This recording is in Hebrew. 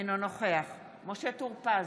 אינו נוכח משה טור פז,